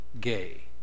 gay